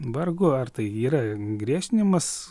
vargu ar tai yra griežtinimas